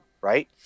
right